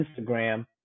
Instagram